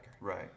Right